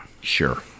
Sure